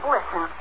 Listen